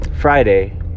friday